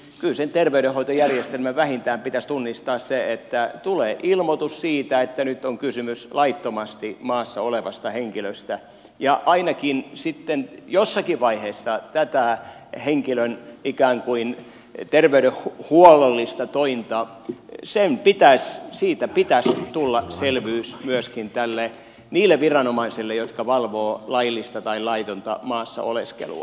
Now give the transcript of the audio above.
kyllä sen terveydenhoitojärjestelmän vähintään pitäisi tunnistaa se että tulee ilmoitus siitä että nyt on kysymys laittomasti maassa olevasta henkilöstä ja ainakin sitten jossakin vaiheessa tätä henkilön ikään kuin terveydenhuollollista tointa siitä pitäisi tulla selvyys myöskin niille viranomaisille jotka valvovat laillista tai laitonta maassa oleskelua